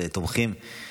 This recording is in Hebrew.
ותומכים.